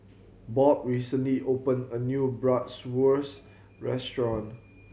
Bob recently opened a new Bratwurst Restaurant